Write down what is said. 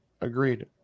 Agreed